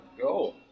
go